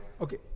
okay